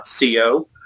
Co